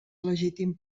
legítim